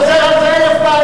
ואתה חוזר על זה אלף פעם,